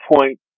point